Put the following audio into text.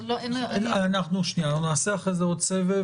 נעשה אחרי זה עוד סבב,